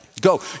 Go